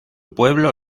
pueblo